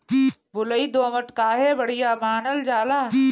बलुई दोमट काहे बढ़िया मानल जाला?